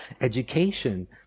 education